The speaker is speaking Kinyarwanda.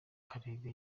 karega